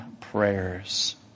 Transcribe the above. prayers